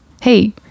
hey